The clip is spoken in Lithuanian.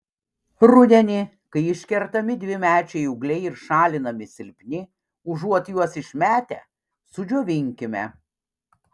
rudenį kai iškertami dvimečiai ūgliai ir šalinami silpni užuot juos išmetę sudžiovinkime